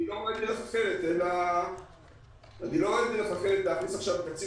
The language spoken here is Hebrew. אני לא רואה דרך אחרת להכניס עכשיו תקציב